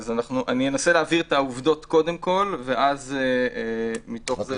אני אנסה להבהיר קודם כל את העובדות ומתוך זה